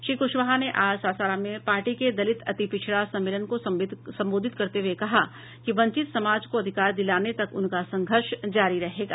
श्री क्शवाहा ने आज सासाराम मे पार्टी के दलित अतिपिछड़ा सम्मेलन को संबोधित करते हुए कहा कि वंचित समाज को अधिकार दिलाने तक उनका संघर्ष जारी रहेगा